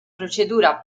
procedura